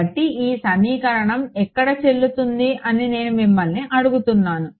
కాబట్టి ఈ సమీకరణం ఎక్కడ చెల్లుతుంది అని నేను మిమ్మల్నిఅడుగుతున్నాను